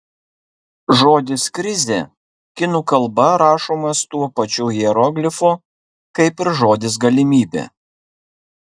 žodis krizė kinų kalba rašomas tuo pačiu hieroglifu kaip ir žodis galimybė